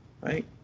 Right